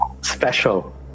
special